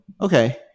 okay